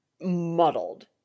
muddled